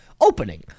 opening